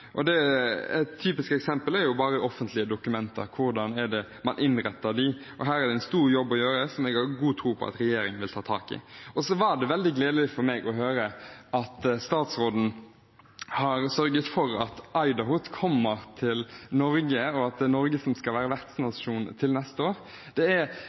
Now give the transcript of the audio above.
Et typisk eksempel er offentlige dokumenter, hvordan man innretter dem. Her er det en stor jobb å gjøre som jeg har god tro på at regjeringen tar tak i. Så var det veldig gledelig for meg å høre at statsråden har sørget for at IDAHOT kommer til Norge, og at det er Norge som skal være vertsnasjon til neste år. Det er